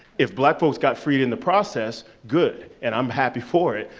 if black folks got freed in the process, good, and i'm happy for it,